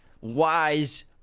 wise